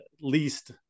least